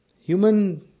human